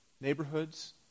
neighborhoods